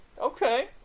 okay